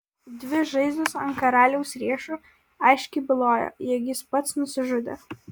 dvi žaizdos ant karaliaus riešų aiškiai bylojo jog jis pats nusižudė